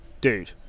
dude